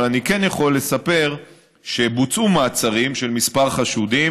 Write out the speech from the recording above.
אבל אני כן יכול לספר שבוצעו מעצרים של כמה חשודים,